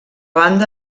banda